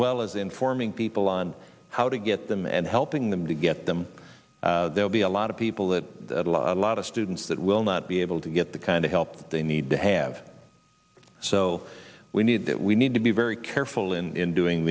well as informing people on how to get them and helping them to get them there'll be a lot of people that a lot of students that will not be able to get the kind of help they need to have so we need that we need to be very careful in doing